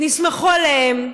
נסמכו עליהן,